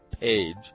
page